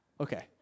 Okay